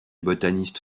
botaniste